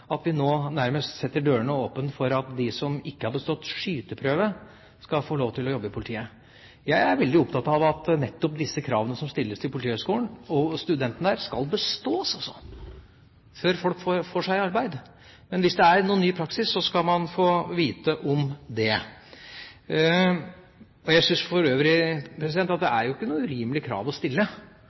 at vi nå nærmest setter dørene åpne for at de som ikke har bestått skyteprøven, skal få lov til å jobbe i politiet. Jeg er veldig opptatt av nettopp disse kravene som stilles til Politihøgskolen og studentene der, og at eksamen skal bestås før folk får seg arbeid. Hvis det er noen ny praksis, skal man få vite om det. Jeg syns for øvrig ikke det er noe urimelig krav å stille